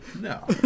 No